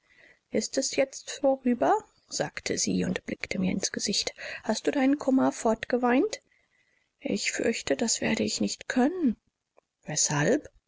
ist es jetzt vorüber fragte sie und blickte mir ins gesicht hast du deinen kummer fortgeweint ich fürchte das werde ich nicht können weshalb